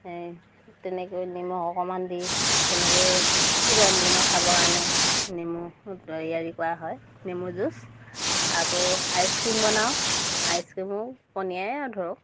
এই তেনেকৈ নিমখ অকমান দি তেনেকে গৰম দিনৰ খাবৰ কাৰণে নেমু তৈয়াৰি কৰা হয় নেমু জুচ আকৌ আইচক্ৰ্ৰীম বনাওঁ আইচক্ৰীমো পনীয়াই আৰু ধৰক